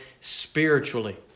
spiritually